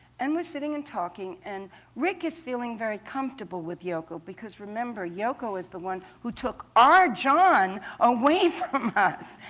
and we're sitting and talking, and rick is feeling very comfortable with yoko. because remember, yoko is the one who took our john away from us,